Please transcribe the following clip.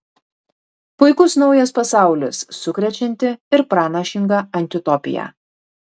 puikus naujas pasaulis sukrečianti ir pranašinga antiutopija